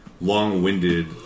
long-winded